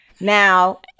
Now